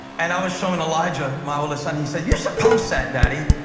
and i was showing elijah, my oldest son. he said, you should post that, daddy.